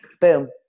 boom